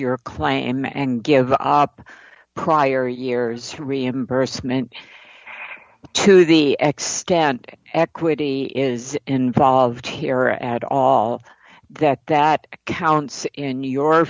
your claim and give up prior years for reimbursement to the xtend equity is involved here at all that that counts in